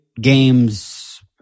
Games